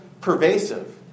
pervasive